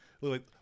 look